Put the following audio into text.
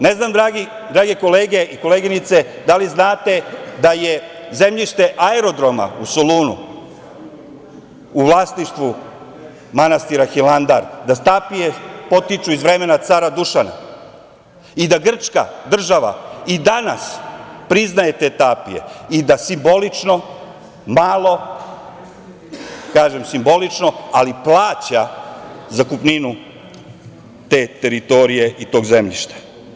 Ne znam drage koleginice i kolege da li znate da je zemljište aerodroma u Solunu u vlasništvu manastira Hilandar, da stapije potiču iz vremena cara Dušana i da Grčka država i danas priznaje te tapije i da simbolično ali plaća zakupninu te teritorije i tog zemljišta.